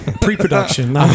pre-production